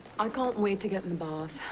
i can't wait to get in the bath.